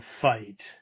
fight